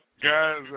Guys